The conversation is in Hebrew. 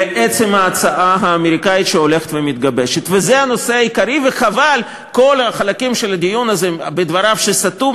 למה הוא התנצל אם הוא כל כך צודק?